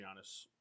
Giannis